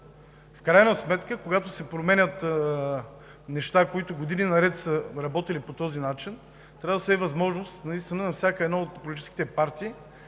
В крайна сметка, когато се променят неща, които години наред са работили по този начин, трябва да се даде възможност на всяка една от политическите партии